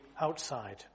outside